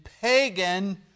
pagan